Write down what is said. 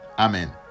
Amen